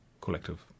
collective